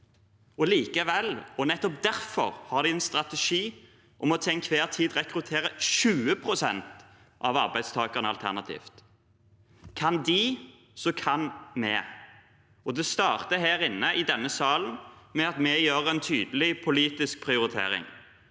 Likevel, og nettopp derfor, har de en strategi om til enhver tid å rekruttere 20 pst. av arbeidstakerne alternativt. Kan de, kan vi. Og det starter her inne i denne salen, med at vi foretar en tydelig politisk prioritering.